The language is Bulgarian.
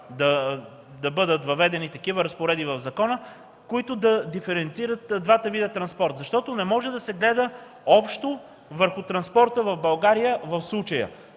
да бъдат въведени такива разпоредби в закона, които да диференцират двата вида транспорт. Защото не може да се гледа общо върху транспорта в България в случая.